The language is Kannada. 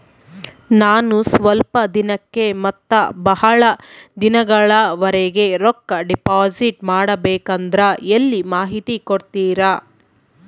ನಾನು ಸ್ವಲ್ಪ ದಿನಕ್ಕ ಮತ್ತ ಬಹಳ ದಿನಗಳವರೆಗೆ ರೊಕ್ಕ ಡಿಪಾಸಿಟ್ ಮಾಡಬೇಕಂದ್ರ ಎಲ್ಲಿ ಮಾಹಿತಿ ಕೊಡ್ತೇರಾ?